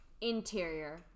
Interior